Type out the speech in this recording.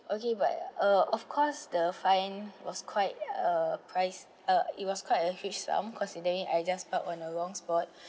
okay but uh of course the fine was quite uh price uh it was quite a big sum cause I just park on a wrong spot